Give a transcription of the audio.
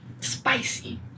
spicy